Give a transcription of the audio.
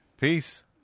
peace